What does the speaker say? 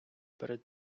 перед